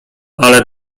ale